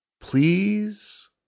Please